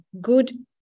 good